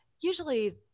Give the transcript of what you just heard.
usually